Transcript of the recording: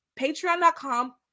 patreon.com